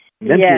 Yes